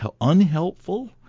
unhelpful